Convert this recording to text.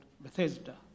Bethesda